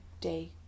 day